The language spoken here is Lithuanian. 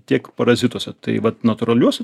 tiek parazituose tai vat natūraliuose